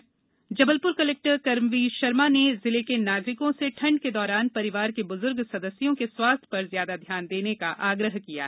उधर जबलपुर कलेक्टर कर्मवीर शर्मा ने जिले के नागरिकों से ठंड के दौरान परिवार के बुजुर्ग सदस्यों के स्वास्थ पर ज्यादा ध्यान देने का आग्रह किया है